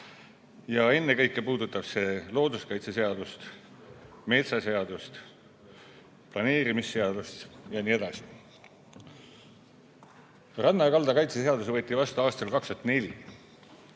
Ennekõike puudutab see looduskaitseseadust, metsaseadust, planeerimisseadust ja teisi. Ranna ja kalda kaitse seadus võeti vastu aastal 1995.